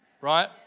right